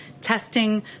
testing